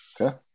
Okay